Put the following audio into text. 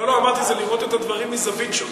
אמרתי: זה לראות את הדברים מזווית שונה.